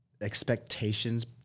expectations